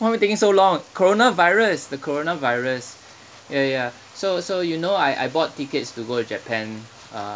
why am I taking so long coronavirus the coronavirus ya ya so so you know I I bought tickets to go to japan uh